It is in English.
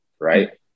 Right